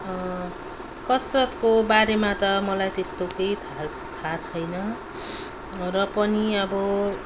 कसरतको बारेमा त मलाई त्यस्तो केही थाहा थाहा छैन र पनि अब